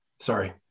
Sorry